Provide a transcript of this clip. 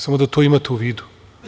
Samo da to imate u vidu.